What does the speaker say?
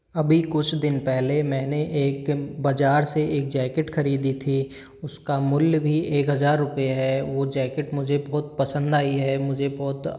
अभी कुछ दिन पहले मैंने एक बज़ार से एक जैकेट खरीदी थी उसका मूल्य भी एक हज़ार रूपये है वो जैकेट मुझे बहुत पसंद आई है मुझे बहुत